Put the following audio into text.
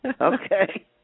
Okay